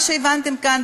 כפי שהבנתם כאן,